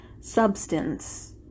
substance